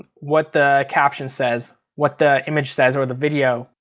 what the caption says, what the image says, or the video.